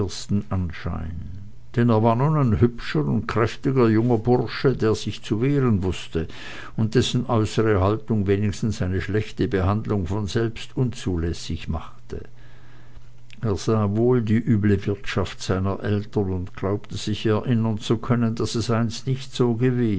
er war nun ein hübscher und kräftiger junger bursche der sich zu wehren wußte und dessen äußere haltung wenigstens eine schlechte behandlung von selbst unzulässig machte er sah wohl die üble wirtschaft seiner eltern und glaubte sich erinnern zu können daß es einst nicht so gewesen